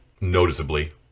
noticeably